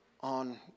on